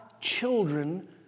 children